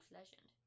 legend